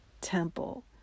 temple